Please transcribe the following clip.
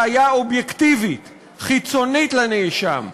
ראיה אובייקטיבית חיצונית לנאשם,